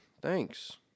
thanks